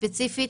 ספציפית,